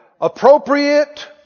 appropriate